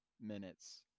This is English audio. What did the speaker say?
minutes